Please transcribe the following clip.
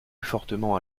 fortement